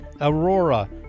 Aurora